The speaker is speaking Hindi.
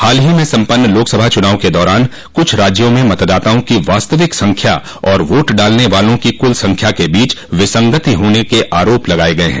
हाल ही में सम्पन्न लोकसभा चुनाव के दौरान कुछ राज्यों में मतदाताओं की वास्तविक संख्या और वोट डालने वालों की कुल संख्या के बीच विसंगति होने के आरोप लगाए गये हैं